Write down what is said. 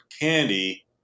candy